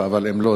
אבל אם לא,